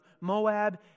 Moab